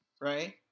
Right